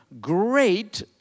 great